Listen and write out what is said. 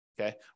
Okay